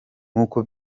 nk’uko